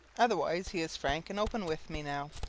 otherwise he is frank and open with me, now.